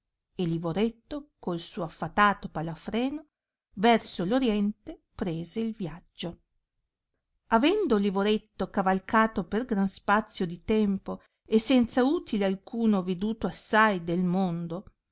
e livoretto col suo affatato palafreno verso oriente prese il viaggio avendo livoretto cavalcato per gran spazio di tempo e senza utile alcuno veduto assai del mondo